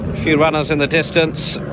here. runners in the distance,